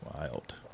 Wild